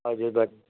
हजुर बड्